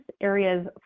areas